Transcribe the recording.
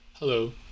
Hello